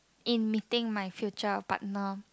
in meeting my future partner